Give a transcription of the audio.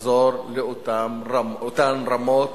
לחזור לאותן רמות